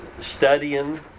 studying